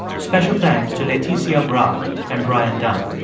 special thanks to laetitia brock and brian dunn.